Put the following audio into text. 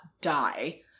die